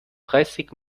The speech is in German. dreißig